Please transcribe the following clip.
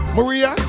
Maria